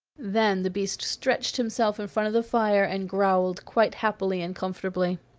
then the beast stretched himself in front of the fire, and growled quite happily and comfortably.